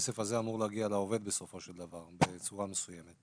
הכסף הזה אמור להגיע לעובד בסופו של דבר בצורה מסוימת.